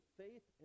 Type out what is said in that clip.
faith